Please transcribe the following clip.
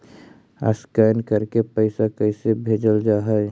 Scan करके पैसा कैसे भेजल जा हइ?